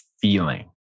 feeling